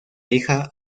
hija